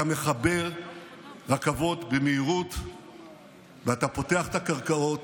אתה מחבר רכבות במהירות ואתה פותח את הקרקעות,